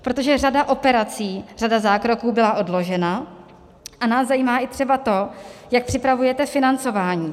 Protože řada operací, řada zákroků byla odložena a nás zajímá i třeba to, jak připravujete financování.